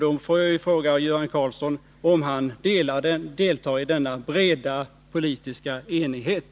Då får jag fråga Göran Karlsson om han deltar i denna breda politiska enighet.